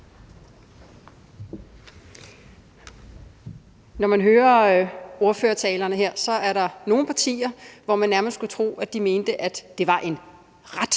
Når man hører ordførertalerne her, er der nogle partier, som man nærmest skulle tro mente, at det var en ret